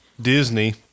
Disney